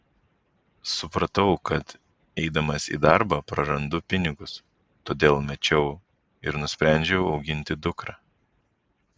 supratau kad eidamas į darbą prarandu pinigus todėl mečiau ir nusprendžiau auginti dukrą